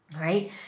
Right